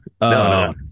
no